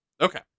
Okay